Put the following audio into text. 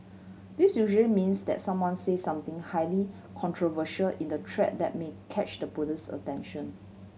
this usually means that someone said something highly controversial in the thread that may catch the police's attention